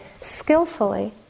skillfully